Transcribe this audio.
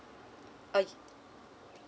okay